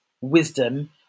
wisdom